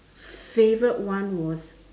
favourite one was